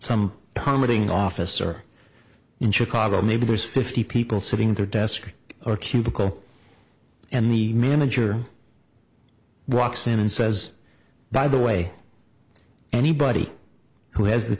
some comedy officer in chicago maybe there's fifty people sitting at their desk or cubicle and the manager roxanne and says by the way anybody who has the